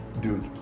dude